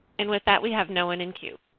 and with that we have no one in queue.